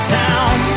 town